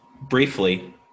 briefly